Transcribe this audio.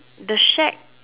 the shack